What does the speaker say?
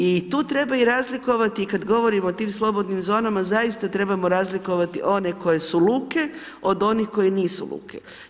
I tu treba i razlikovati i kad govorimo o tim slobodnim zonama, zaista trebamo razlikovati one koje su luke od onih koje nisu luke.